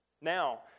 Now